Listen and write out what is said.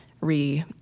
re